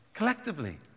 Collectively